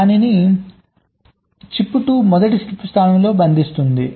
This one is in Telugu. దానిని చిప్ 2 మొదటి ఫ్లిప్ ఫ్లాప్లో బంధిస్తుంది